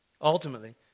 Ultimately